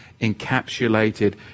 encapsulated